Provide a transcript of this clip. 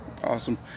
Awesome